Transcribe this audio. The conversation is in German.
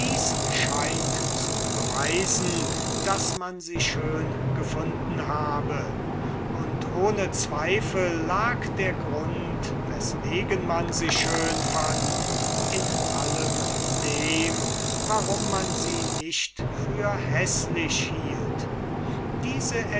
scheint zu beweisen daß man sie schön gefunden habe und ohne zweifel lag der grund weswegen man sie schön fand in allem dem warum man sie nicht für häßlich hielt diese